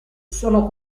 sono